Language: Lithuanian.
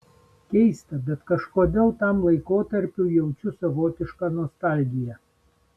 keista bet kažkodėl tam laikotarpiui jaučiu savotišką nostalgiją